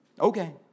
Okay